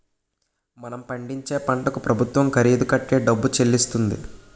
మనం పండించే పంటకు ప్రభుత్వం ఖరీదు కట్టే డబ్బు చెల్లిస్తుంది